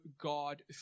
God